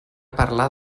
parlar